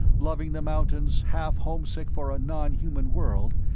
loving the mountains, half-homesick for a non-human world,